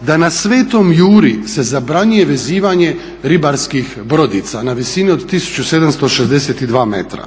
da na svetom Juri se zabranjuje vezivanje ribarskih brodica na visini od 1762 metra.